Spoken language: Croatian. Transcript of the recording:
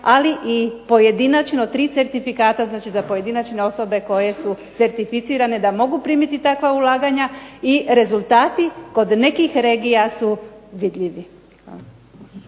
ali i pojedinačno 3 certifikata, znači za pojedinačne osobe koje su certificirane da mogu primiti takva ulaganja i rezultati kod nekih regija su vidljivi.